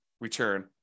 return